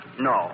No